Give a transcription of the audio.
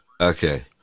okay